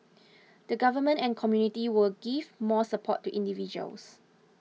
the Government and community will give more support to individuals